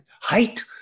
height